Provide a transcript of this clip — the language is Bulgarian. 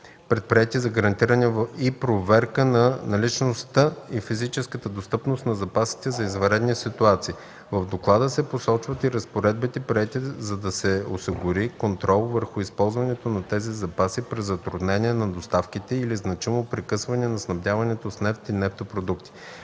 предприети за гарантиране и проверка на наличността и физическата достъпност на запасите за извънредни ситуации. В доклада се посочват и разпоредбите, приети за да се осигури контрол върху използването на тези запаси при затруднение на доставките или значимо прекъсване на снабдяването с нефт и нефтопродукти.